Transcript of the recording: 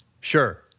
Sure